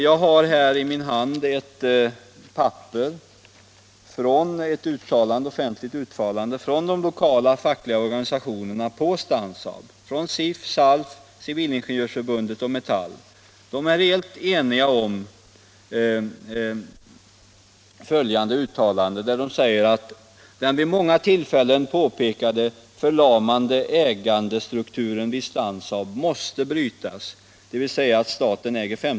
Jag har i min hand ett offentligt uttalande av de lokala fackliga organisationerna på Stansaab, SIF, SALF, Civilingenjörsförbundet och Metall. De är helt eniga om följande uttalande: ”Den vid många tillfällen påpekade förlamande ägarstrukturen vid Stansaab måste brytas.